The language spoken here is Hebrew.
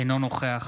אינו נוכח